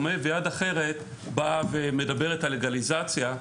ויד אחרת באה ומדברת על לגליזציה.